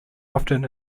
often